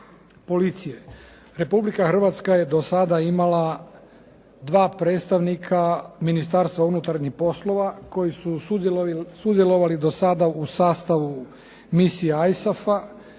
policije. Republika Hrvatska je do sada imala 2 predstavnika Ministarstva unutarnjih poslova koji su sudjelovali do sada u sastavu misija ISAF-a,